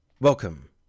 Welcome